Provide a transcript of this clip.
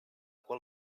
qual